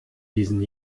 diesen